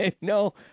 no